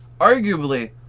Arguably